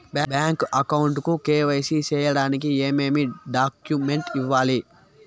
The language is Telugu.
బ్యాంకు అకౌంట్ కు కె.వై.సి సేయడానికి ఏమేమి డాక్యుమెంట్ ఇవ్వాలి?